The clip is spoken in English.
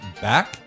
back